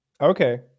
Okay